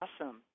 Awesome